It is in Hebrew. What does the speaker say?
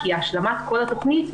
כי השלמת כל התכנית,